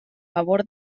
favor